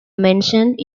mentioned